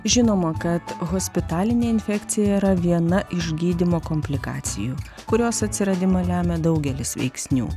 žinoma kad hospitalinė infekcija yra viena iš gydymo komplikacijų kurios atsiradimą lemia daugelis veiksnių